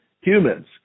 humans